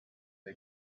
the